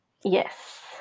Yes